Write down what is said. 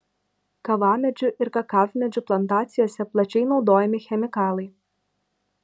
kavamedžių ir kakavmedžių plantacijose plačiai naudojami chemikalai